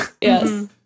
Yes